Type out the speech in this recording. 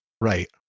Right